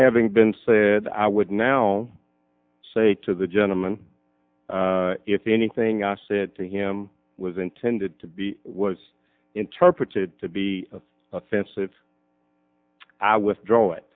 having been said i would now say to the gentleman if anything i said to him was intended to be was interpreted to be offensive i withdraw it